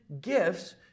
gifts